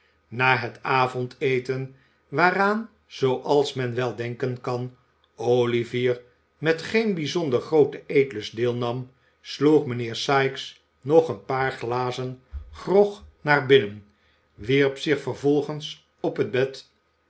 na het avondeten waaraan zooals men wel denken kan olivier met geen bijzonder grooten eetlust deelnam sloeg mijnheer sikes nog een paar glazen grog naar binnen wierp zich vervolgens op het bed